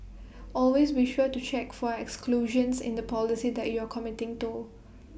always be sure to check for exclusions in the policy that you are committing to